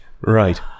Right